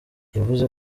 yavuze